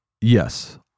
yes